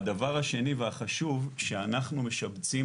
והדבר השני והחשוב הוא שאנחנו משפצים